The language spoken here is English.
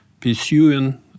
pursuing